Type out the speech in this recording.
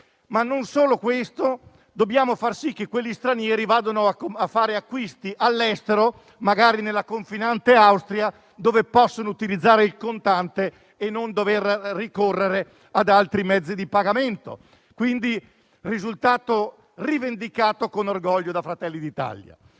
con tale misura facciamo anche in modo che quegli stranieri vadano a fare acquisti all'estero, magari nella confinante Austria, dove possono utilizzare il contante senza dover ricorrere ad altri mezzi di pagamento. Il risultato è quindi rivendicato con orgoglio da Fratelli d'Italia,